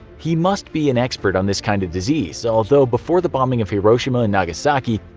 he must be an expert on this kind of disease, although before the bombing of hiroshima and nagasaki,